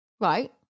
Right